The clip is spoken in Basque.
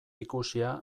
ikusia